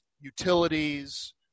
utilities